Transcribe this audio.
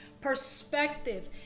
perspective